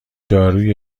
دارویی